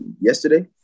yesterday